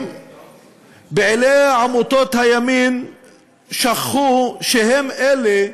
פעילי עמותות הימין שכחו שהם אלה,